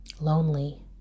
lonely